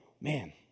man